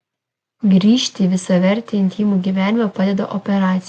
grįžti į visavertį intymų gyvenimą padeda operacija